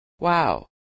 Wow